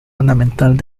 ornamental